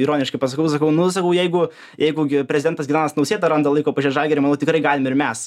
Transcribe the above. ironiškai pasakau sakau nu sakau jeigu jeigu prezidentas gitanas nausėda randa laiko pažiūrėt žalgirį manau tikrai galim ir mes